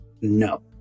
no